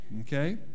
Okay